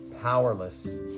powerless